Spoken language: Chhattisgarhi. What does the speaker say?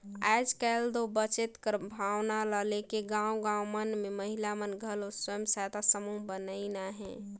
आएज काएल दो बचेत कर भावना ल लेके गाँव गाँव मन में महिला मन घलो स्व सहायता समूह बनाइन अहें